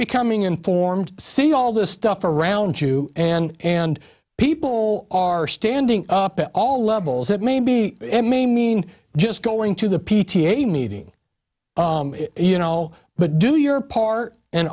becoming informed see all this stuff around you and and people are standing up at all levels it may be it may mean just going to the p t a meeting you know but do your part and